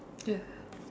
ya